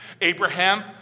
Abraham